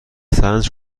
سنج